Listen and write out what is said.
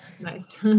Nice